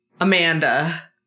Amanda